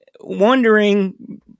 wondering